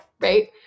right